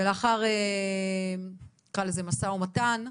ולאחר "משא-ומתן",